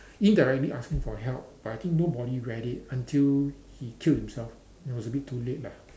indirectly asking for help but I think nobody read it until he killed himself then it was a bit too late lah